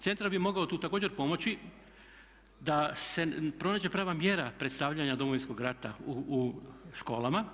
Centar bi mogao tu također pomoći da se pronađe prava mjera predstavljanja Domovinskog rata u školama.